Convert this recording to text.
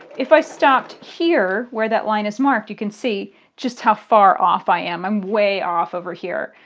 if i stopped here where that line is marked, you can see just how far off i am. i'm way off over here.